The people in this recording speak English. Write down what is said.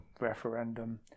referendum